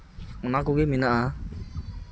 ᱚᱱᱟ ᱠᱚᱜᱮ ᱢᱮᱱᱟᱜᱼᱟ